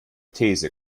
these